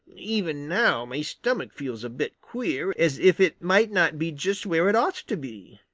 even now my stomach feels a bit queer, as if it might not be just where it ought to be.